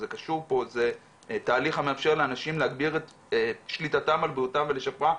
זה תהליך המאפשר לאנשים להגביר את שליטתם על בריאותם ולשפרה.